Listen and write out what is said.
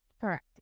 Correct